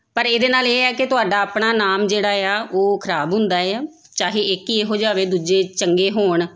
ਪਰ ਇਹਦੇ ਨਾਲ ਇਹ ਹੈ ਕਿ ਤੁਹਾਡਾ ਆਪਣਾ ਨਾਮ ਜਿਹੜਾ ਆ ਉਹ ਖਰਾਬ ਹੁੰਦਾ ਆ ਚਾਹੇ ਇੱਕ ਹੀ ਇਹੋ ਜਿਹਾ ਹੋਵੇ ਦੂਜੇ ਚੰਗੇ ਹੋਣ